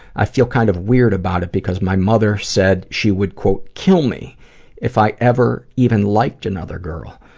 i feel kind of weird about it because my mother said she would quote kill me if i ever even liked another girl.